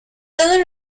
todos